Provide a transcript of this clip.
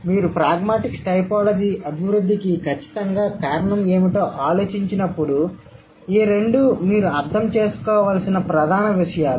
మీరు pragmatics typology అభివృద్ధికి ఖచ్చితంగా కారణం ఏమిటో ఆలోచించినప్పుడు ఈ రెండు మీరు అర్థం చేసుకోవలసిన ప్రధాన విషయాలు